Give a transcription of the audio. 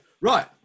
Right